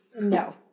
no